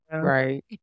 Right